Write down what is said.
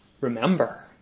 Remember